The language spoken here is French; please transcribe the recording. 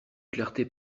clarté